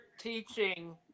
teaching